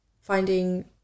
finding